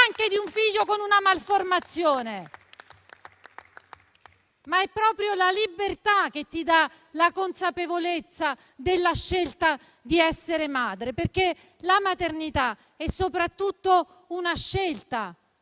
madri anche di un figlio con una malformazione. È proprio la libertà che ti dà la consapevolezza della scelta di essere madre, perché la maternità è soprattutto una scelta.